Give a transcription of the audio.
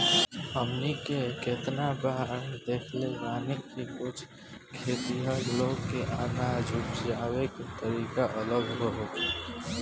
हमनी के केतना बार देखले बानी की कुछ खेतिहर लोग के अनाज उपजावे के तरीका अलग होला